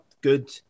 good